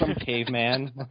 caveman